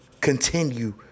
continue